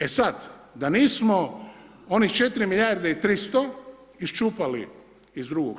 E sada, da nismo onih 4 milijarde i 300 iščupali iz II.